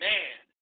Man